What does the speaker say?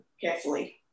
carefully